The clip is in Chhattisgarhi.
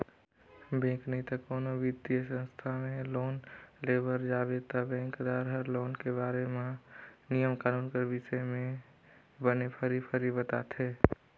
बेंक नइते कोनो बित्तीय संस्था में लोन लेय बर जाबे ता बेंकदार हर लोन के बारे म नियम कानून कर बिसे में बने फरी फरी बताथे